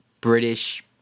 British